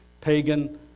pagan